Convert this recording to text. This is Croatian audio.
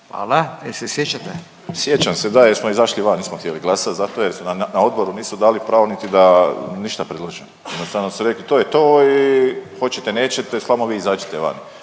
**Borić, Josip (HDZ)** Sjećam se, da, jer smo izašli van, nismo htjeli glasat, zato jer nam na odboru nisu dali pravo niti da ništa predložimo, jednostavno su rekli to je to i hoćete, nećete, samo vi izađite van,